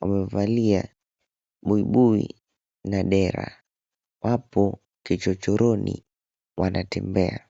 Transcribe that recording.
wamevalia buibui na dera hapo kichochoroni wanatembea.